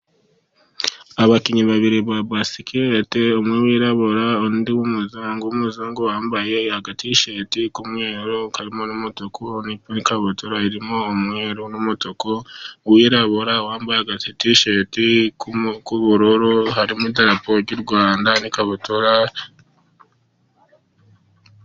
Abakinnyi babiri ba basikete, umwirabura undi w'umuryango w'umuzungu, wambaye agatishati k'umweru n'umutuku ikabutura irimo umweru n'umutuku ,uwirabura wambaye agatishati w'ubururu harimo idarapo ry'u Rwanda n'ikabutura.